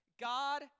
God